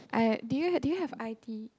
uh do you do you have I_P